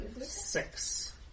six